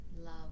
love